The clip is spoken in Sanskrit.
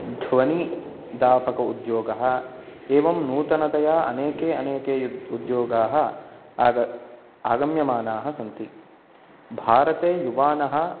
ध्वनिदापक उद्योगः एवं नूतनतया अनेके अनेके युद् उद्योगाः आग आगम्यमानाः सन्ति भारते युवानः